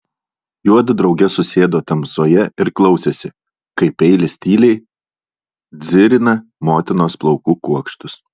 juodu drauge susėdo tamsoje ir klausėsi kaip peilis tyliai dzirina motinos plaukų kuokštus